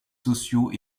sociaux